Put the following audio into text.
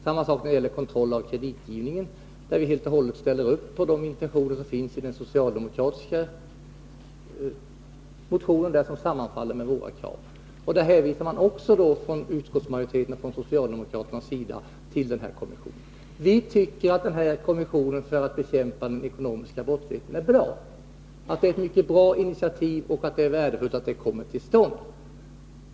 Samma sak gäller kontrollen av kreditgivningen där vi helt och hållet ställer oss bakom de intentioner som finns i den socialdemokratiska motionen, som sammanfaller med våra krav. Där hänvisar man också från utskottsmajoriteten och från socialdemokraternas sida till denna kommission. Vi tycker att den här kommissionen för att bekämpa den ekonomiska brottsligheten är bra. Det är ett mycket bra initiativ, och det är värdefullt att det kommer till stånd.